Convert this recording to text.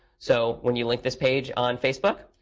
so when you link this page on facebook,